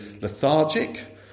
lethargic